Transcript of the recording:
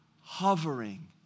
hovering